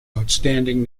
outstanding